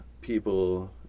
people